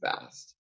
fast